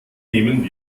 nehmen